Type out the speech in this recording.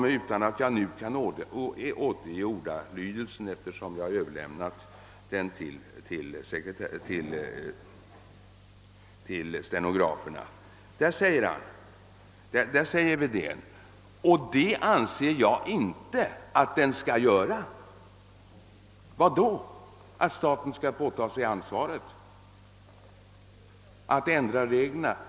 Eftersom jag som sagt har överlämnat citatet till stenograferna kan jag inte nu återge den exakta ordalydelsen, men herr Wedén sade: och det anser jag inte att den skall göra. Inte göra vad då? Jo, staten skall inte påta sig ansvaret att ändra reglerna.